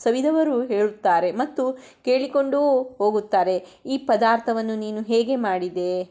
ಸವಿದವರು ಹೇಳುತ್ತಾರೆ ಮತ್ತು ಕೇಳಿಕೊಂಡು ಹೋಗುತ್ತಾರೆ ಈ ಪದಾರ್ಥವನ್ನು ನೀನು ಹೇಗೆ ಮಾಡಿದೆ